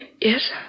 Yes